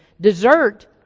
dessert